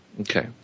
Okay